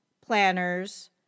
planners